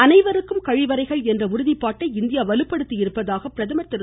அனைவருக்கும் கழிவறைகள் என்ற உறுதிபாட்டை இந்தியா வலுப்படுத்தியிருப்பதாக பிரதமர் திரு